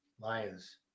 Lions